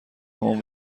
همان